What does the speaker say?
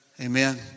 Amen